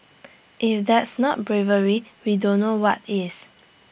if that's not bravery we don't know what is